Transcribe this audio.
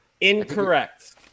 Incorrect